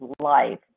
life